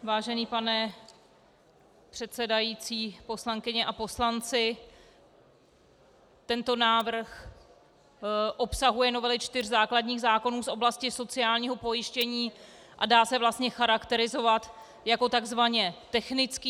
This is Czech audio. Vážený pane předsedající, poslankyně a poslanci, tento návrh obsahuje novely čtyř základních zákonů z oblasti sociálního pojištění a dá se vlastně charakterizovat jako takzvaně technický.